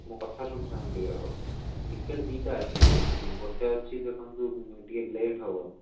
ମୋ କଥା ଶୁଣି ସାରନ୍ତୁ ଟିକିଏ ଆଗ ଟିକେଟ୍ ଦୁଇଟା ଅଛି ଗୋଟିଏ ଅଛି ଦେଖନ୍ତୁ ଟିକିଏ ଲେଟ୍ ହେବ